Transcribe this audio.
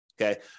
okay